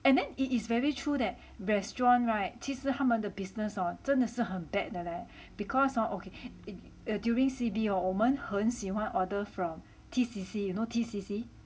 and then it is very true that restaurant [right] 其实他们的 business or 真的是很 bad 的 leh because hor okay during C_B hor 我们很喜欢 order from T_C_C you know T_C_C